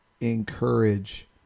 encourage